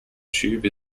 tube